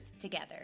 together